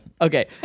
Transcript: Okay